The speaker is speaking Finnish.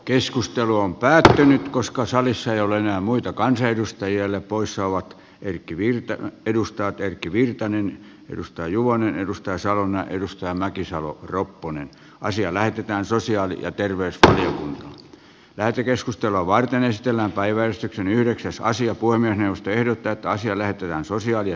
keskustelu on päätetty koska salissa ei ole enää muita kansanedustajia poissa ovat erkki virta edustaa erkki virtanen edustaa juvonen edustaa salon edustaa mäkisalo ropponen asia lähetetään sosiaali ja terveystyöhön lähetekeskustelua varten esitellään päiväystyksen yhdeksän salaisia voimia tehdä tätä asiaa löytyvän sosiaali ja